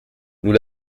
nous